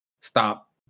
stop